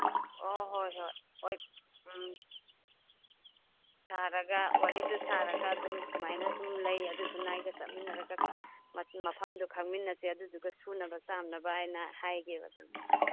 ꯑꯣ ꯍꯣꯏ ꯍꯣꯏ ꯍꯣꯏ ꯎꯝ ꯁꯥꯔꯒ ꯋꯥꯔꯤꯗꯨ ꯁꯥꯔꯒ ꯑꯗꯨꯝ ꯁꯨꯃꯥꯏꯅ ꯁꯨꯝ ꯂꯩ ꯑꯗꯨꯗꯨꯅ ꯑꯩꯒ ꯆꯠꯃꯤꯟꯅꯔꯒ ꯃꯐꯝꯗꯨ ꯈꯪꯃꯤꯟꯅꯁꯤ ꯑꯗꯨꯗꯨꯒ ꯁꯨꯅꯕ ꯆꯥꯝꯅꯕ ꯍꯥꯏꯅ ꯍꯥꯏꯒꯦ ꯑꯗꯨꯝ